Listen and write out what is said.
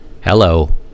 Hello